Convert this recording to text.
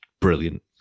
brilliant